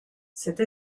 cette